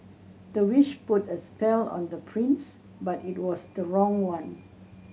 the witch put a spell on the prince but it was the wrong one